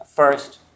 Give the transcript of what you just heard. First